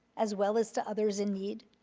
as well as to others in need.